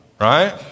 right